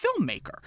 filmmaker